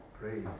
Praise